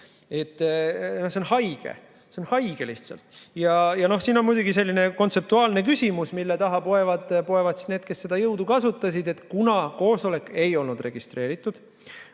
See on haige, see on lihtsalt haige. Siin on muidugi selline kontseptuaalne küsimus, mille taha poevad need, kes seda jõudu kasutasid, et kuna koosolek ei olnud registreeritud